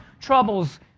troubles